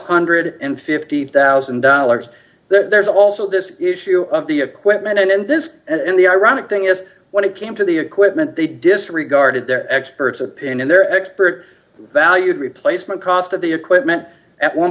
hundred and fifty thousand dollars there's also this issue of the equipment and this and the ironic thing is when it came to the equipment they disregarded their expert's opinion their expert valued replacement cost of the equipment at one